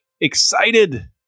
Excited